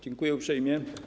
Dziękuję uprzejmie.